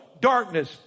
darkness